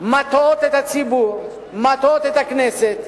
שמטעות את הציבור, מטעות את הכנסת,